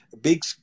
big